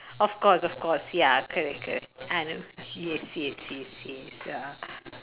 of course of course ya correct correct and yes yes yes yes ya